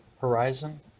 Horizon